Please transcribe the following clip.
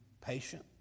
patient